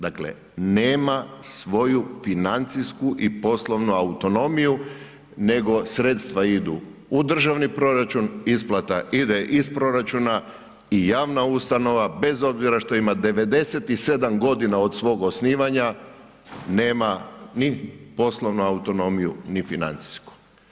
Dakle nema svoju financijsku i poslovnu autonomiju nego sredstva idu u državni proračun, isplata ide iz proračuna i javna ustanova bez obzira što ima 97 godina od svog osnivanja nema ni poslovnu autonomiju ni financijsku.